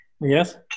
Yes